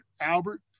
Albert